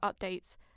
updates